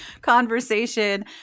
conversation